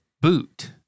boot